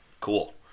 Cool